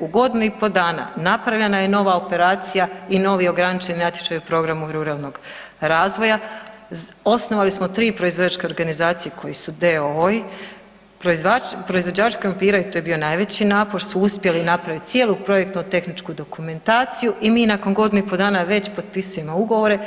U godinu i po dana napravljena je nova operacija i novi ograničeni natječaj u programu ruralnog razvoja, osnovali smo 3 proizvođačke organizacije koje su d.o.o.-i. Proizvođači krumpira i to je bio najveći napor, su uspjeli napravit cijelu projektnu tehničku dokumentaciju i mi nakon godinu i po dana već potpisujemo ugovore,